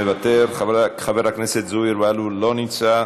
מוותר, חבר הכנסת זוהיר בהלול, אינו נוכח,